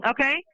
Okay